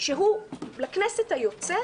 שהוא נשאר עם הסיעה שלו לכנסת היוצאת,